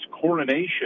coronation